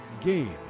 game